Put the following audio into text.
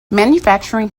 manufacturing